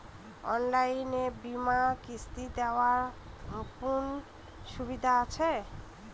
অনলাইনে বীমার কিস্তি দেওয়ার কোন সুবিধে আছে?